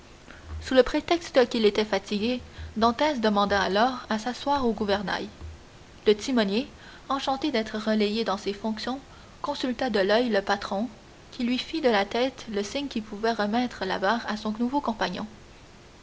sous le prétexte qu'il était fatigué dantès demanda alors à s'asseoir au gouvernail le timonier enchanté d'être relayé dans ses fonctions consulta de l'oeil le patron qui lui fit de la tête signe qu'il pouvait remettre la barre à son nouveau compagnon